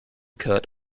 cut